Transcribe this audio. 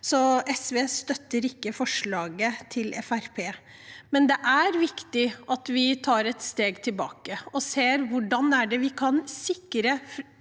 så SV støtter ikke forslaget til Fremskrittspartiet. Men det er viktig at vi tar et steg tilbake og ser på hvordan vi kan sikre